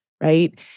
right